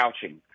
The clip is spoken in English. couching